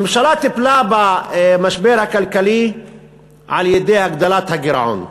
הממשלה טיפלה במשבר הכלכלי על-ידי הגדלת הגירעון.